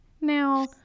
Now